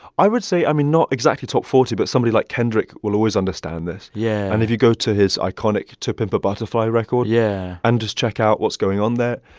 i would say i mean, not exactly top forty, but somebody like kendrick will always understand this yeah and if you go to his iconic to pimp a butterfly record. yeah. and just check out what's going on there,